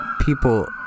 people